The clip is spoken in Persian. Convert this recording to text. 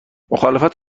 مخالفت